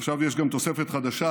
עכשיו יש גם תוספת חדשה: